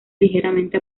ligeramente